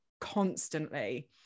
constantly